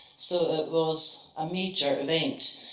so that was a major event.